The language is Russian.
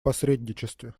посредничестве